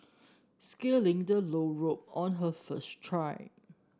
scaling the low rope on her first try